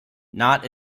not